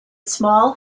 small